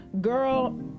girl